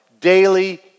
daily